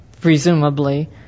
presumably